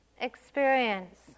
experience